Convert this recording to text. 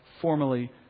formally